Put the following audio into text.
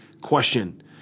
question